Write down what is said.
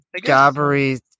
Gabri